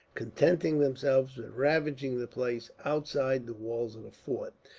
contenting themselves with ravaging the place outside the walls of the fort.